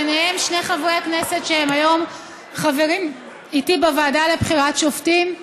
ביניהם שני חברי כנסת שהם היום חברים איתי בוועדה לבחירת שופטים,